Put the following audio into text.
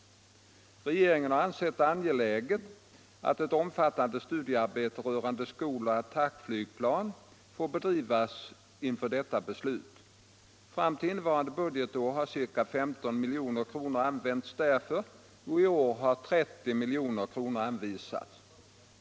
Regeringen har ansett det angeläget att ett omfattande studiearbete rörande skoloch attackflygplan får bedrivas inför detta beslut. Fram till innevarande budgetår har ca 15 milj.kr. använts härför, och i år har 30 milj.kr. anvisats.